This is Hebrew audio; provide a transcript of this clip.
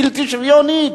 בלתי שוויונית.